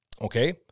Okay